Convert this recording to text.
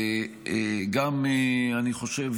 וגם, אני חושב,